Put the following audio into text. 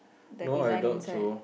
the design inside